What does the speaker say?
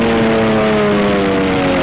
or